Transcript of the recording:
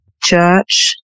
church